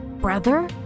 Brother